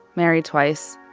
married twice.